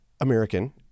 American